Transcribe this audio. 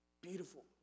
beautiful